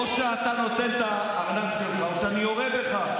או שאתה נותן את הארנק שלך או שאני יורה בך,